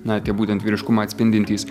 na tie būtent vyriškumą atspindintys